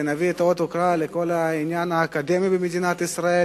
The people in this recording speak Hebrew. ונביא אות ההוקרה לכל העניין האקדמי במדינת ישראל.